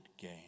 gain